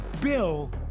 Bill